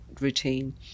routine